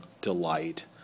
delight